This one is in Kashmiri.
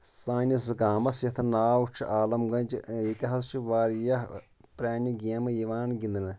سٲنِس گامَس یَتھ ناو چھُ عالم گَنج ییٚتہِ حظ چھِ واریاہ پرٛانہِ گیمہٕ یِوان گِنٛدنہٕ